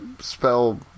spell